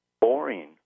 boring